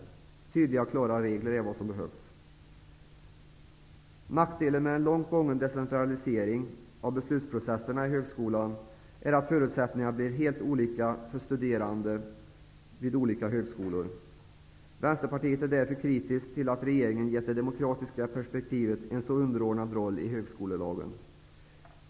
Det är tydliga och klara regler som behövs. Nackdelen med en långt gången decentralisering av beslutsprocesserna i högskolan är att förutsättningarna blir helt olika för studerande vid olika högskolor. Vänsterpartiet är därför kritiskt till att regeringen gett det demokratiska perspektivet en så underordnad roll i högskolelagen.